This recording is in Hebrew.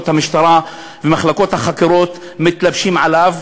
המשטרה ומחלקות החקירות מתלבשים עליו,